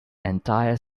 entire